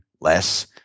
less